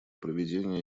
проведения